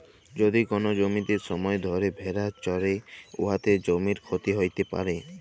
যদি কল জ্যমিতে ছময় ধ্যইরে ভেড়া চরহে উয়াতে জ্যমির ক্ষতি হ্যইতে পারে